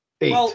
Eight